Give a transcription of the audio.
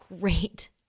great